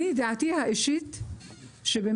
אני לא בטוח שאם לא